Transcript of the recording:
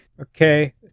okay